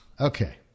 Okay